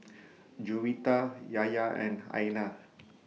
Juwita Yahya and Aina